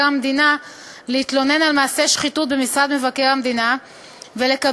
המדינה להתלונן על מעשי שחיתות במשרד מבקר המדינה ולקבל,